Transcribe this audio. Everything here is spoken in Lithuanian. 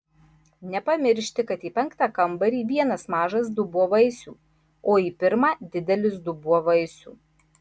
nepamiršti kad į penktą kambarį vienas mažas dubuo vaisių o į pirmą didelis dubuo vaisių